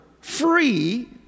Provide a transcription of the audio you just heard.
free